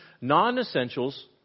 non-essentials